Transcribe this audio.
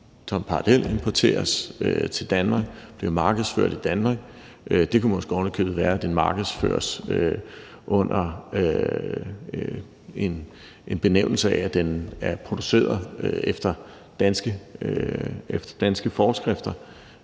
som parallelimporteres til Danmark og bliver markedsført i Danmark. Det kunne måske ovenikøbet være, at den markedsføres under en benævnelse af, at den er produceret efter danske forskrifter.